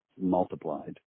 multiplied